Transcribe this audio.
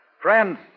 Friends